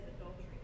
adultery